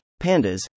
Pandas